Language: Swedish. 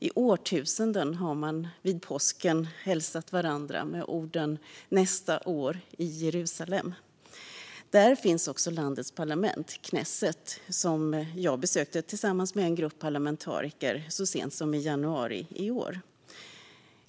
I årtusenden har man vid påsken hälsat varandra med orden "Nästa år i Jerusalem". Där finns också landets parlament, knesset, som jag besökte tillsammans med en grupp parlamentariker så sent som i januari i år.